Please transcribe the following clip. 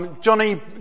Johnny